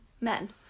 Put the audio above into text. men